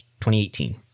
2018